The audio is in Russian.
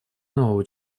нового